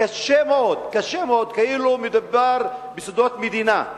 וקשה מאוד, קשה מאוד, כאילו מדובר בסודות מדינה.